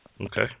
Okay